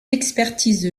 expertise